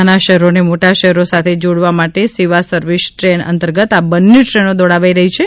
નાના શહેરોને મોટા શહેરો સાથે જોડવા માટે સેવા સર્વિસ ટ્રેન અંતર્ગત આ બંને ટ્રેનો દોડાવાઇ રહી છે